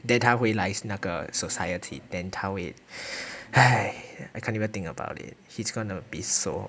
then 他会来那个 society then 他会 !hais! I can't even think about it he's gonna be so